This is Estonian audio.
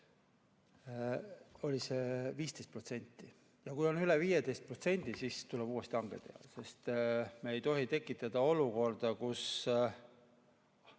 oli see 15%. Ja kui on üle 15%, siis tuleb uuesti hange teha, sest me ei tohi tekitada olukorda, kus